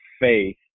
faith